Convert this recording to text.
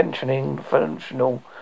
functional